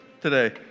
today